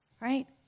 right